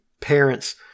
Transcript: parents